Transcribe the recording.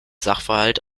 sachverhalt